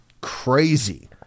crazy